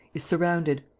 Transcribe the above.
is surrounded.